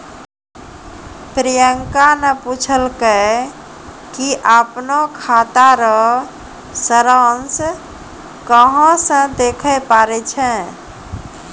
प्रियंका ने पूछलकै कि अपनो खाता रो सारांश कहां से देखै पारै छै